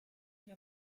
sich